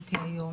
שהעליתי היום.